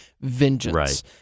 vengeance